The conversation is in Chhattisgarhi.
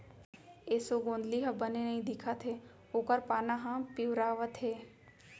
एसों गोंदली ह बने नइ दिखत हे ओकर पाना ह पिंवरावत हे